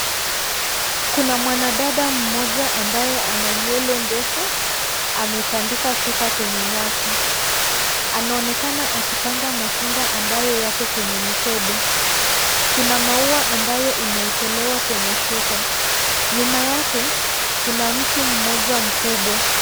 Kuna mwanadada mmoja ambaye ana nywele ndefu ametandika shuka kwenye nyasi. Anaonekana akipanga matunda ambayo yako kwenye mikebe. Kuna maua ambayo imewekelewa kwenye shuka, nyuma yake, kuna mti mmoja mkubwa.